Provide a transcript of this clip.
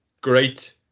great